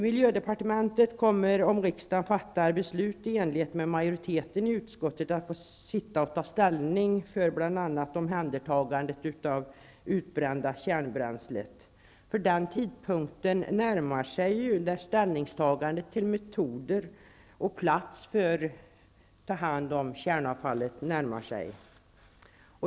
Miljödepartementet kommer, om riksdagen fattar beslut i enlighet med vad en majoritet i utskottet vill, att få ta ställning till bl.a. omhändertagandet av det utbrända kärnbränslet. Tidpunkten för ett ställningstagande beträffande metoder och plats för det kärnavfall som skall tas om hand närmar sig.